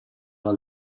dal